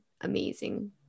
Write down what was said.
amazing